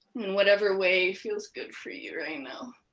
in whatever way feels good for you right now.